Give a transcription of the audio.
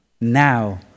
now